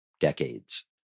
decades